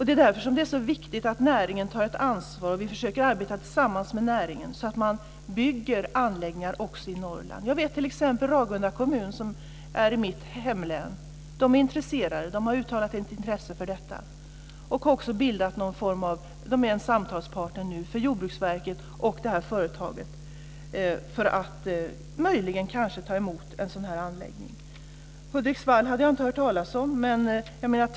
Det är därför som det är så viktigt att näringen tar ett ansvar. Vi försöker att arbeta tillsammans med näringen, så att anläggningar också byggs i Norrland. Ragunda kommun i mitt hemlän är intresserad. Kommunen är en samtalspartner med Jordbruksverket och företaget för att möjligen ta emot en sådan anläggning. Jag hade inte hört talas om Hudiksvall.